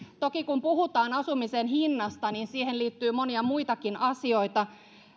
toki kun puhutaan asumisen hinnasta siihen liittyy monia muitakin asioita